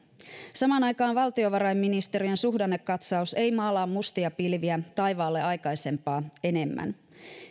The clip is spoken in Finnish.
samaan aikaan valtiovarainministeriön suhdannekatsaus ei maalaa mustia pilviä taivaalle aikaisempaa enemmän